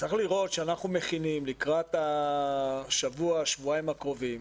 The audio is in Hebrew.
צריך לראות שאנחנו מכינים לקראת השבוע-שבועיים הקרובים,